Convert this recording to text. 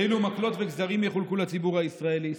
אילו מקלות וגזרים יחולקו לציבור הישראלי.